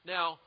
Now